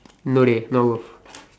no leh not worth